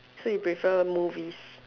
so you prefer movies